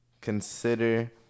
consider